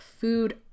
Food